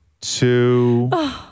two